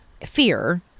fear